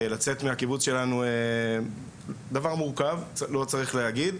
לצאת מהקיבוץ שלנו זה דבר מורכב, לא צריך להגיד.